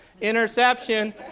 interception